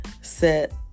set